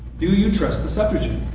do you trust the septuagint?